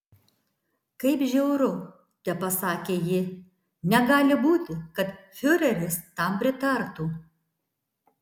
kaip žiauru tepasakė ji negali būti kad fiureris tam pritartų